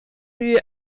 die